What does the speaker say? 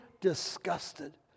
disgusted